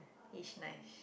it's nice